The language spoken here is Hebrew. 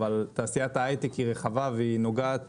אבל תעשיית היי-טק היא רחבה והיא נוגעת